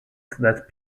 that